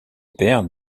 père